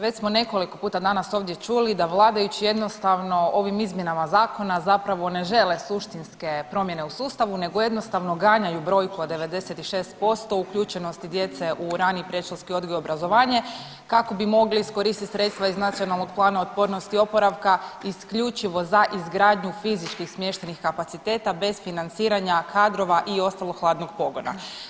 Već smo nekoliko puta danas ovdje čuli da vladajući jednostavno ovim izmjenama zakona zapravo ne žele suštinske promjene u sustavu nego jednostavno ganjaju brojku od 96% uključenosti djece u rani i predškolski odgoj i obrazovanje kako bi mogli iskoristiti sredstva iz Nacionalnog plana otpornosti i oporavka isključivo za izgradnju fizičkih smještajnih kapaciteta bez financiranja kadrova i ostalog hladnog pogona.